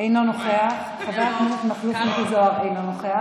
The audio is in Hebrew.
אינו נוכח, חבר הכנסת מכלוף מיקי זוהר, אינו נוכח,